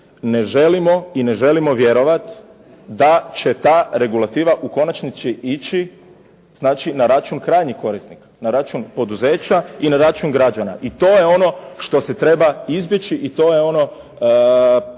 ne želimo i ne želimo vjerovat da će ta regulativa u konačnici ići znači na račun krajnjih korisnika, na račun poduzeća i na račun građana. I to je ono što se treba izbjeći i to je ono